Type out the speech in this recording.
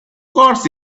course